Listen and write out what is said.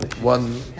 one